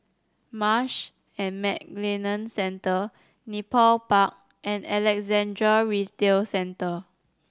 Marsh and McLennan Centre Nepal Park and Alexandra Retail Centre